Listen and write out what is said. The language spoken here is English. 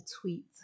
tweet